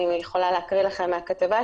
אני יכולה להקריא לכם מהכתבה,